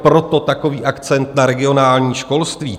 Proto takový akcent na regionální školství.